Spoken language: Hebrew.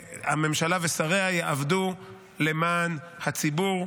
והממשלה ושריה יעבדו למען הציבור,